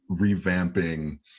revamping